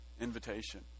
invitation